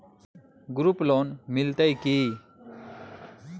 Group loan मिलतै की?